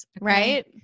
Right